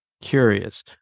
curious